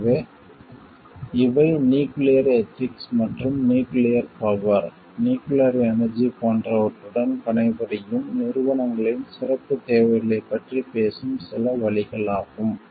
எனவே இவை nuclear ethics மற்றும் நியூக்கிளியர் பவர் நியூக்கிளியர் எனர்ஜி போன்றவற்றுடன் பணிபுரியும் நிறுவனங்களின் சிறப்புத் தேவைகளைப் பற்றி பேசும் சில வழிகள் ஆகும்